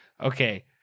okay